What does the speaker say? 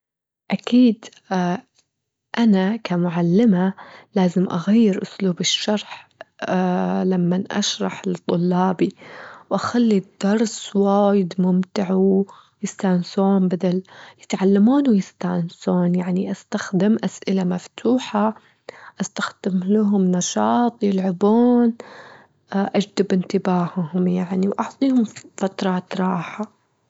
أكيد أنا كمعلمة لازم أغير أسلوب الشرح لمان أشرح لطلابي، وأخلي الدرس وايد ممتع ويستانسون بدل يتعلمون ويستانسون، يعني استخدم أسئلة مفتوحة، استخدم لهم نشاط يلعبون اجتب انتباههم يعني، وأعطيهم فترةات راحة.